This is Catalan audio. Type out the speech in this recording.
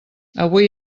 avui